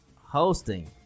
hosting